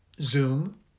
Zoom